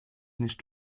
nicht